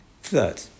Third